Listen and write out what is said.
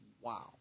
Wow